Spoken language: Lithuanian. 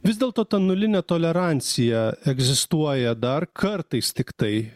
vis dėlto ta nulinė tolerancija egzistuoja dar kartais tiktai